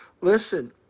Listen